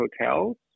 hotels